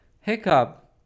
Hiccup